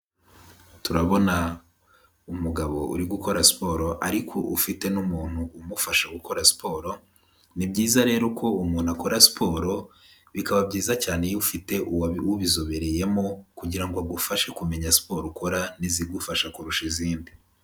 Turabona umugabo uri gukora siporo ariko ufite n'umuntu umufasha gukora siporo, ni byiza rero ko umuntu akora siporo, bikaba byiza cyane iyo ufite ubizobereyemo kugira ngo agufashe kumenya siporo ukora n'izigufasha kurusha izindi.